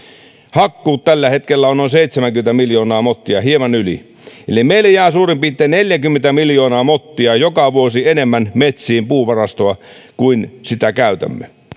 hakkuut tällä hetkellä ovat noin seitsemänkymmentä miljoonaa mottia hieman yli eli meille jää suurin piirtein neljäkymmentä miljoonaa mottia joka vuosi enemmän metsiin puuvarastoa kuin sitä käytämme